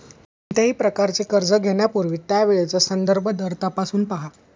कोणत्याही प्रकारचे कर्ज घेण्यापूर्वी त्यावेळचा संदर्भ दर तपासून पहा